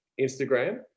Instagram